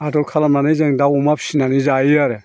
आदर खालामनानै जों दाव अमा फिसिनानै जायो आरो